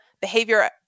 behavior